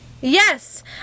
Yes